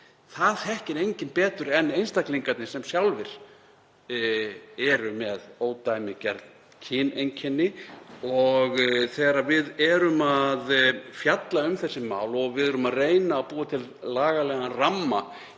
Það þekkir enginn betur en einstaklingarnir sem sjálfir eru með ódæmigerð kyneinkenni. Og þegar við erum að fjalla um þessi mál og erum að reyna að búa til lagalegan ramma